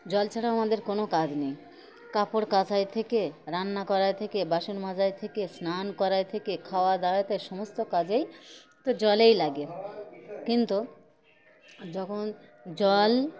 জল ছাড়াও আমাদের কোনো কাজ নেই কাপড় কাচাই থেকে রান্না করাই থেকে বাসন মাজাই থেকে স্নান করাই থেকে খাওয়া দাওয়াতে সমস্ত কাজেই তো জলেই লাগে কিন্তু যখন জল